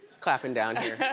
clapping down here.